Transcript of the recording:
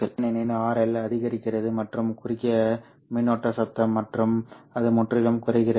ஏனெனில் RL அதிகரிக்கிறது மற்றும் குறுகிய மின்னோட்ட சத்தம் மற்றும் அது முற்றிலும் குறைகிறது